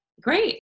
Great